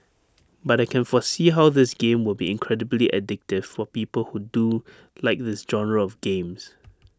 but I can foresee how this game will be incredibly addictive for people who do like this genre of games